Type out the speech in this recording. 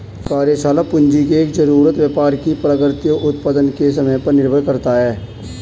कार्यशाला पूंजी की जरूरत व्यापार की प्रकृति और उत्पादन के समय पर निर्भर करता है